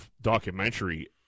documentary